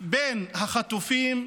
בין החטופים,